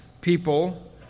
people